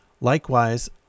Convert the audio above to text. Likewise